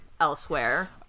elsewhere